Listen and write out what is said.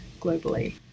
globally